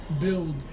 build